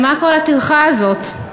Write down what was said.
למה כל הטרחה הזאת?